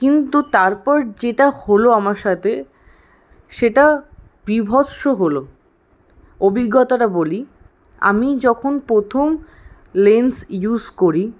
কিন্তু তারপর যেটা হল আমার সাথে সেটা বীভৎস হল অভিজ্ঞতাটা বলি আমি যখন প্রথম লেন্স ইউজ করি